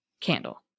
candle